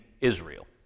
Israel